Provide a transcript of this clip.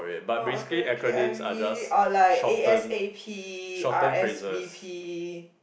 oh acronym K_I_V or like A_S_A_P R_S_V_P